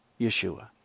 Yeshua